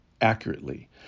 accurately